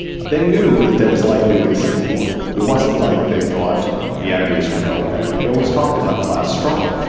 they knew that there was likely to be a civil war. it wasn't like they thought the enemies would go away. they always talked about class struggle,